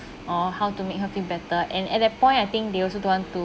or how to make her feel better and at that point I think they also don't want to